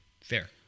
Fair